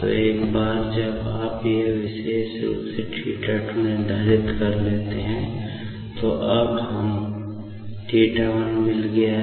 तो एक बार जब आप यह विशेष रूप से θ 2 निर्धारित कर लेते हैं तो अब तक हमें θ1 मिल गया है